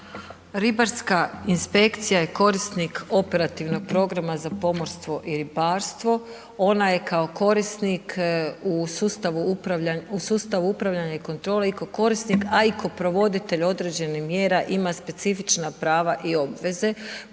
Ribarska inspekcija je korisnik operativnog programa za pomorstvo i ribarstvo, ona je kao korisnik u sustavu upravljanja i kontrole i kao korisnik a i kao provoditelj određenih mjera ima specifična prava i obveze.